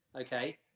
Okay